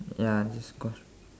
ya this because